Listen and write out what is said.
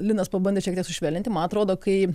linas pabandė šiek tiek sušvelninti man atrodo kai